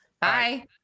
bye